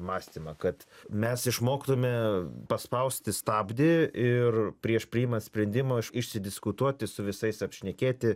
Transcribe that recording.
mąstymą kad mes išmoktume paspausti stabdį ir prieš priiman sprendimą iš išsidiskutuoti su visais apšnekėti